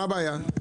מה הבעיה?